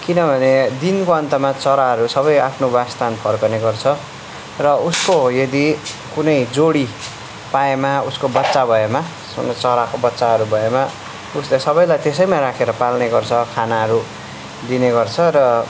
किनभने दिनको अन्तमा चराहरू सबै आफ्नो वासस्थान फर्केने गर्छ र उसको यदि कुनै जोडी पाएमा उसको बच्चा भएमा चराको बच्चाहरू भएमा उसले सबैलाई त्यसैमा राखेर पाल्ने गर्छ खानाहरू दिने गर्छ र